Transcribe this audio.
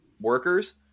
workers